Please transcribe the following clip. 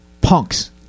punks